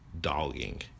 dogging